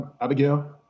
Abigail